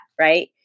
right